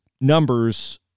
numbers